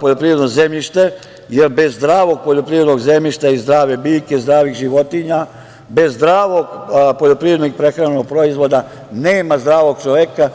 poljoprivredno zemljište, jer bez zdravog poljoprivrednog zemljišta i zdravih biljki, zdravih životinja, bez zdravog poljoprivrednog i prehrambenog proizvoda nema zdravog čoveka.